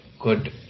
good